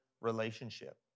relationship